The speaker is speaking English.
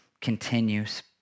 continues